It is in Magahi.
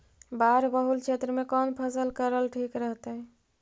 बाढ़ बहुल क्षेत्र में कौन फसल करल ठीक रहतइ?